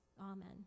Amen